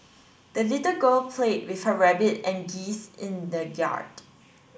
the little girl played with her rabbit and geese in the yard